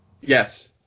Yes